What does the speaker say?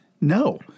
no